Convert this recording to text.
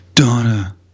Donna